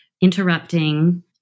interrupting